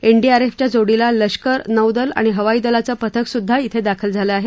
एनडीआरएफच्या जोडीला लष्कर नौदल आणि हवाई दलाचे पथक सुद्धा शें दाखल झाली आहेत